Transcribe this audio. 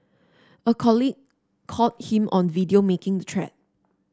a colleague caught him on video making the threat